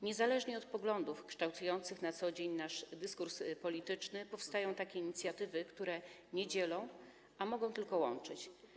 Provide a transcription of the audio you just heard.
Niezależnie od poglądów kształtujących na co dzień nasz dyskurs polityczny, powstają takie inicjatywy, które nie dzielą, a mogą tylko łączyć.